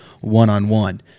one-on-one